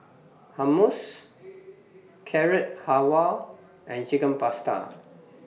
Hummus Carrot Halwa and Chicken Pasta